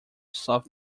south